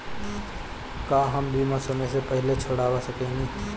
का हम बीमा समय से पहले छोड़वा सकेनी?